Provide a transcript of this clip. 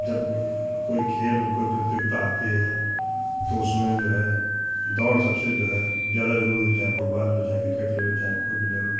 जब कोई खेल कोई प्रतियोगिता आती है तो उसमें जो है दौड़ सबसे जो है ज़्यादा ज़रूरी होती चाहे फ़ुटबॉल लो चाहे क्रिकेट ले लो चाहे कुछ भी ले लो